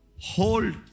Hold